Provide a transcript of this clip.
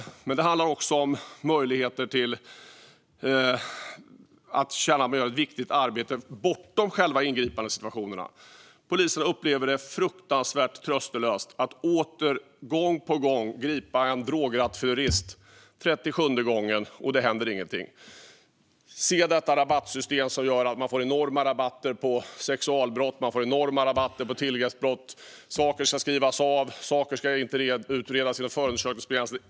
Det handlar även om att kunna känna att man gör ett viktigt arbete, bortom ingripandesituationerna. Poliserna upplever det som fruktansvärt tröstlöst att gång på gång, för trettiosjunde gången, gripa en drograttfyllerist; men ingenting händer. Man ser detta rabattsystem som ger enorma rabatter på sexualbrott och på tillgreppsbrott. Och man ser att saker ska skrivas av, att de inte ska utredas eller att förundersökningar begränsas.